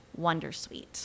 Wondersuite